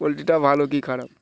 কোয়ালিটিটা ভালো কি খারাপ